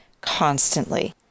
constantly